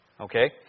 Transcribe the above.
okay